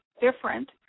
different